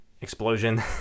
explosion